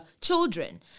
children